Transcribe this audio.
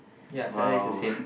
ya Saturday's the same